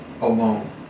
alone